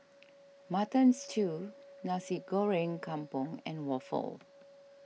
Mutton Stew Nasi Goreng Kampung and Waffle